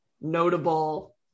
notable